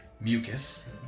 mucus